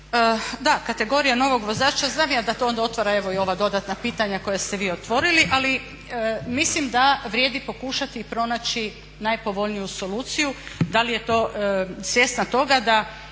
da kategorija novog vozača znam da to onda otvara i ova dodatna pitanja koja ste vi otvorili, ali mislim da vrijedi pokušati pronaći najpovoljniju soluciju, svjesna toga da